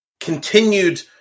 continued